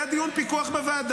היה דיון פיקוח בוועדה.